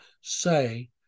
say